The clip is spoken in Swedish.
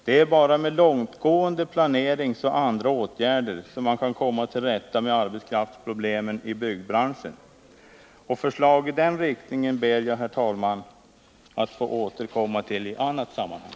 Det är bara med långtgående planeringsoch andra åtgärder som man kan komma till rätta med arbetskraftsproblemen i byggbranschen. Förslag i den riktningen ber jag, herr talman, att få återkomma till i annat sammanhang.